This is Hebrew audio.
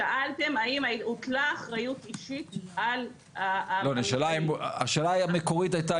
שאלתם האם הוטלה אחריות אישית על --- השאלה המקורית הייתה,